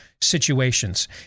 situations